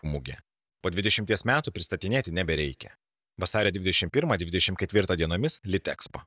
mugė po dvidešimties metų pristatinėti nebereikia vasario dvidešim pirmą dvidešim ketvirtą dienomis litekspo